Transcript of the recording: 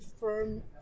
firm